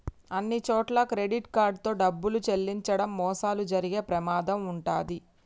అన్నిచోట్లా credit card తో డబ్బులు చెల్లించడం మోసాలు జరిగే ప్రమాదం వుంటది